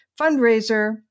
fundraiser